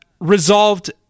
Resolved